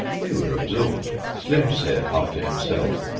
they were absorbed. slim said, half to himself,